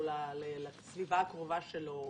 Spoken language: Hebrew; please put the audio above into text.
או לסביבה הקרובה שלו,